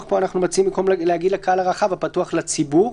פה אנחנו מציעים במקום להגיד "לקהל הרחב" להגיד "הפתוח לציבור,